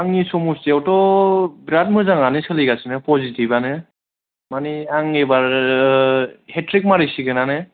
आंनि समिसथियावथ' बिराद मोजाङानो सोलिगासिनो फजिथिबानो मानि आं एबार हेदट्रिक मारिसिगोनानो